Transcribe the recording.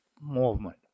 movement